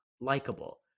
likable